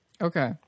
Okay